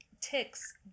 ticks